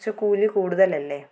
കുറച്ചു കൂലി കൂടുതലല്ലേ